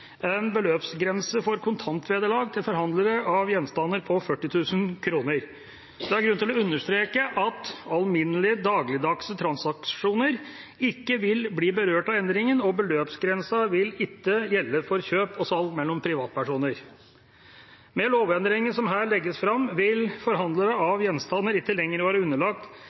en beløpsgrense for kontantvederlag til forhandlere av gjenstander på 40 000 kr. Det er grunn til å understreke at alminnelige, dagligdagse transaksjoner ikke vil bli berørt av endringen, og beløpsgrensen vil ikke gjelde for kjøp og salg mellom privatpersoner. Med lovendringen som her legges fram, vil forhandlere av gjenstander ikke lenger være underlagt